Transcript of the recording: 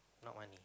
not money